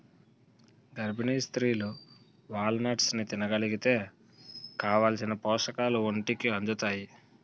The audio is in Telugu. గర్భిణీ స్త్రీలు వాల్నట్స్ని తినగలిగితే కావాలిసిన పోషకాలు ఒంటికి అందుతాయి